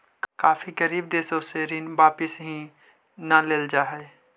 काफी गरीब देशों से ऋण वापिस ही न लेल जा हई